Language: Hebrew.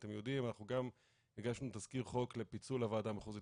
אתם יודעים שגם הגשנו תזכיר חוק לפיצול הוועדה המחוזית